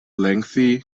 lengthy